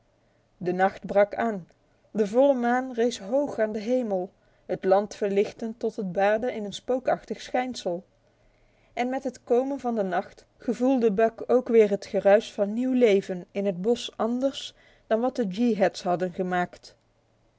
de nacht brak aan de volle maan rees hoog aan de hemel het land verlichtend tot het baadde in een spookachtig schijnsel en met het komen van de nacht gevoelde buck ook weer het geruis van nieuw leven in het bos anders dan dat wat de yeehats hadden gemaakt